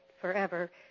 forever